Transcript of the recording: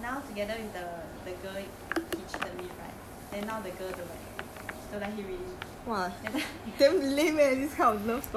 then he cheated then after that now together with the the girl he cheated with right then now the girl don't like don't like him already